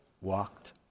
walked